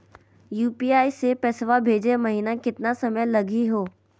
UPI स पैसवा भेजै महिना केतना समय लगही हो?